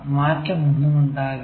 മാറ്റമൊന്നും ഉണ്ടാകില്ല